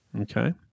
Okay